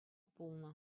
пулнӑ